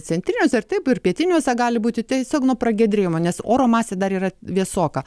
centriniuose ir taip ir pietiniuose gali būti tiesiog nuo pragiedrėjimo nes oro masė dar yra vėsoka